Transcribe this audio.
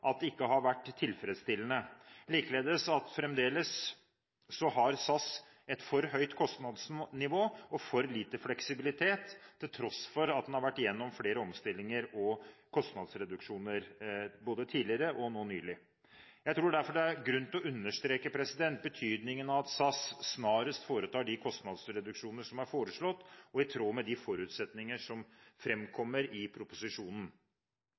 Likeledes har SAS fremdeles et for høyt kostnadsnivå og for lite fleksibilitet til tross for at det har vært gjennom flere omstillinger og kostnadsreduksjoner både tidligere og nå nylig. Jeg tror derfor det er grunn til å understreke betydningen av at SAS snarest foretar de kostnadsreduksjoner som er foreslått, og i tråd med de forutsetninger som framkommer i proposisjonen.